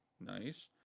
Nice